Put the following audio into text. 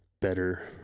better